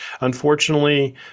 unfortunately